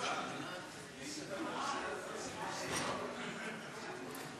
חוק ההוצאה לפועל (תיקון,